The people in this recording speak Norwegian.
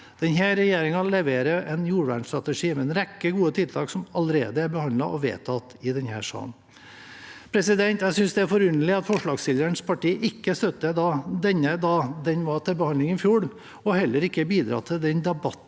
Denne regjeringen leverer en jordvernstrategi med en rekke gode tiltak som allerede er behandlet og vedtatt i denne salen. Jeg synes det er forunderlig at forslagsstillerens parti ikke støttet denne da den var til behandling i fjor, og heller ikke bidro til debatten